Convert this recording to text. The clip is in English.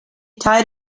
tied